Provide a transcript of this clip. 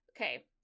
okay